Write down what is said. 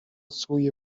سوی